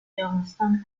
johnson